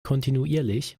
kontinuierlich